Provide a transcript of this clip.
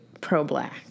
pro-black